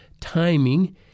timing